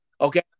Okay